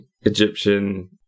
Egyptian